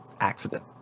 accident